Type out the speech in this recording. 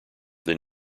than